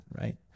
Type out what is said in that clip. right